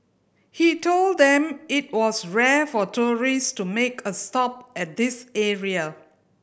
he told them it was rare for tourist to make a stop at this area